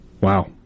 Wow